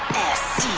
s.